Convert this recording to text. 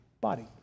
body